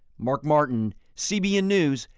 mark martin, cbn news,